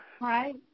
Right